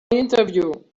interview